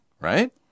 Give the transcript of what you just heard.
right